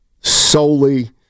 solely